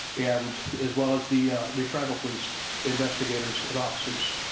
and as well as the the tribal police investigators and officers.